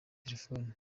terefone